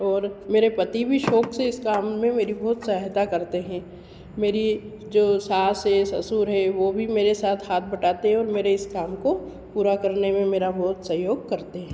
और मेरे पति भी शौक़ से इस काम में मेरी बहुत सहायता करते हैं मेरी जो सास हैं ससुर हैं वह भी मेरे साथ हाथ बँटाते हैं और मेरे इस काम को पूरा करने में मेरा बहुत सहयोग करते हैं